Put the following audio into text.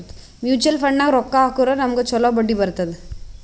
mutual ಫಂಡ್ನಾಗ್ ರೊಕ್ಕಾ ಹಾಕುರ್ ನಮ್ಗ್ ಛಲೋ ಬಡ್ಡಿ ಬರ್ತುದ್